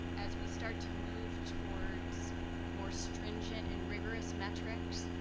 as we start to move towards more stringent and rigorous metrics,